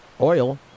oil